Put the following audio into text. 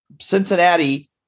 Cincinnati